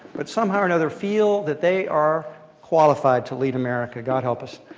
but somehow or another feel that they are qualified to lead america. god help us.